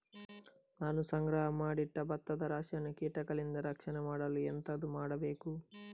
ನಾನು ಸಂಗ್ರಹ ಮಾಡಿ ಇಟ್ಟ ಭತ್ತದ ರಾಶಿಯನ್ನು ಕೀಟಗಳಿಂದ ರಕ್ಷಣೆ ಮಾಡಲು ಎಂತದು ಮಾಡಬೇಕು?